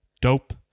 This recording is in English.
dope